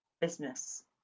business